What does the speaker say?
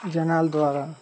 జనాల ద్వారా